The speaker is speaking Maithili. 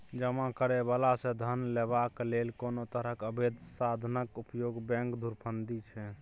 जमा करय बला सँ धन लेबाक लेल कोनो तरहक अबैध साधनक उपयोग बैंक धुरफंदी छै